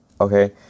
Okay